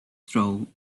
throw